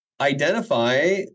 identify